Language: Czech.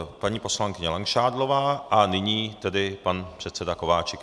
Paní poslankyně Langšádlová a nyní tedy pan předseda Kováčik.